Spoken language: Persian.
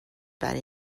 برای